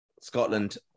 Scotland